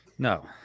No